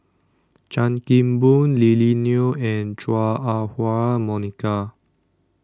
Chan Kim Boon Lily Neo and Chua Ah Huwa Monica